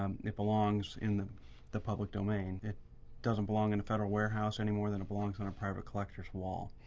um it belongs in the the public domain. it doesn't belong in a federal warehouse, any more than it belongs on a private collector's wall.